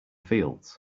fields